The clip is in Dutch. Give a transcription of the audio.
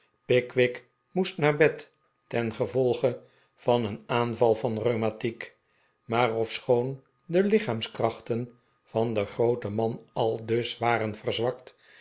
pickwick moest naar bed tengevolge van een aanval van rheum atiek maar ofschoon de lichaamskrachten van den grooten man aldus waren verzwakt